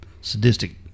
sadistic